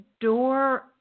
door